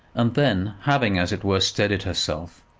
and then having, as it were, steadied herself,